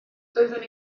doeddwn